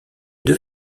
deux